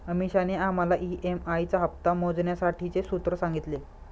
अमीषाने आम्हाला ई.एम.आई चा हप्ता मोजण्यासाठीचे सूत्र सांगितले